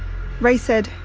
ray said,